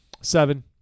seven